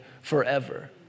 forever